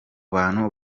bantu